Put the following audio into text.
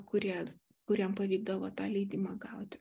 kurie kuriam pavykdavo tą leidimą gauti